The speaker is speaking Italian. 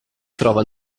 trova